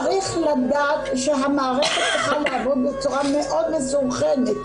צריך לדעת שהמערכת צריכה לעבוד בצורה מאוד מסונכרנת.